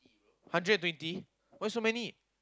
hundred and twenty why so many